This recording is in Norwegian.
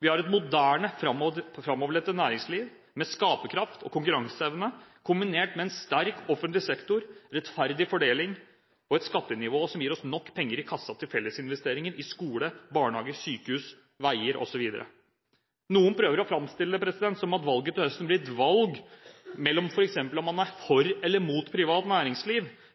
Vi har et moderne, framoverrettet næringsliv med skaperkraft og konkurranseevne, kombinert med en sterk offentlig sektor, rettferdig fordeling og et skattenivå som gir oss nok penger i kassen til fellesinvesteringer i skole, barnehager, sykehus, veier osv. Noen prøver å framstille det som om valget til høsten blir et valg hvor det står mellom om man f.eks. er for eller mot privat næringsliv,